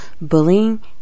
Bullying